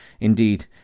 Indeed